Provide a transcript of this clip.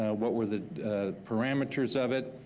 what were the parameters of it?